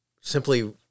simply –